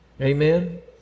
Amen